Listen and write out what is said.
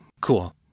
cool